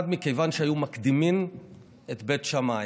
מכיוון שהיו מקדימים את בית שמאי.